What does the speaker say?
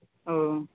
ओ